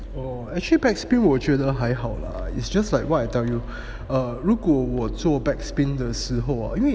orh actually back spin 我觉得还好 lah it's just like how I tell you ah 如果我做 back spin 的时候 hor 因为